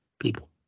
people